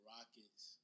Rockets